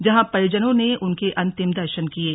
जहां परिजनों ने उनके अंतिम दर्शन किये